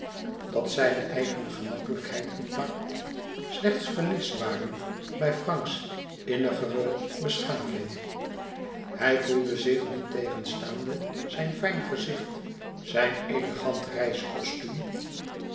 dat zijne eigene gemakkelijkheid en tact slechts vernis waren bij franks innigere beschaving hij voelde zich niettegenstaande zijn fijn gezicht zijn elegant